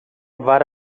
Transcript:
vara